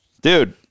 Dude